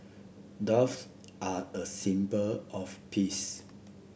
doves are a symbol of peace